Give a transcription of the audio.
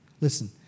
Listen